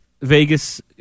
Vegas